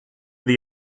the